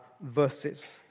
verses